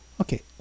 Okay